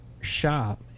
shop